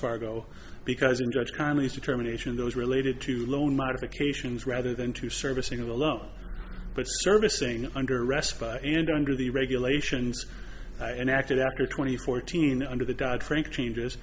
fargo because in judge connally's determination those related to loan modifications rather than to servicing the loan but servicing under arrest by and under the regulations and acted after twenty fourteen under the dodd frank changes